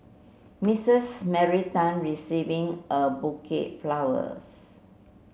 Missus Mary Tan receiving a bouquet flowers